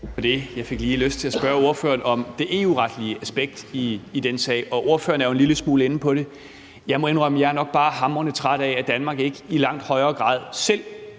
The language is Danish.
Jeg fik lige lyst til at spørge ordføreren om det EU-retlige aspekt i denne sag, og ordføreren er jo en lille smule inde på det. Jeg må indrømme, at jeg nok bare er hamrende træt af, at Danmark ikke i langt højere grad selv